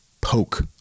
poke